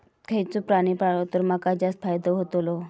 खयचो प्राणी पाळलो तर माका जास्त फायदो होतोलो?